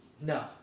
No